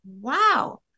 wow